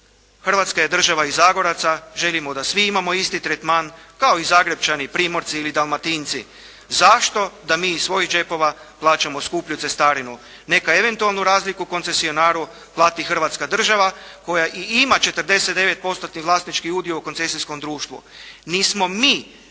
Hrvatska je država i Zagoraca, želimo da svi imamo isti tretman kao i Zagrepčani, Primorci ili Dalmatinci. Zašto da mi iz svojih džepova plaćamo skuplju cestarinu? Neka eventualnu razliku koncesionaru plati Hrvatska država koja i ima 49-postotni vlasnički udio u koncesijskom društvu. Nismo mi